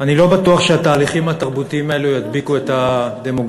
אני לא בטוח שהתהליכים התרבותיים האלה ידביקו את הדמוגרפיה,